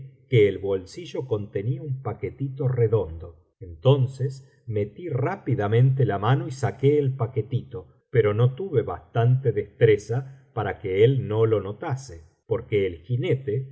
que el bolsillo contenía un paquetito redondo entonces metí rápidamente la mano y saqué el paquetito pero no tuve bastante destreza para que él no lo notase porque el jinete